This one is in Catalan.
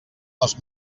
les